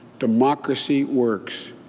democracy works.